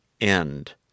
end